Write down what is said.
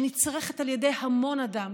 שנצרכת על ידי המון אדם,